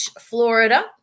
Florida